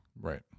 Right